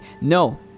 no